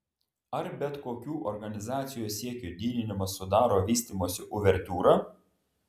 ar bet kokių organizacijos siekių didinimas sudaro vystymosi uvertiūrą